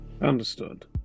Understood